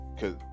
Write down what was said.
cause